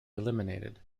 eliminated